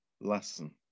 lesson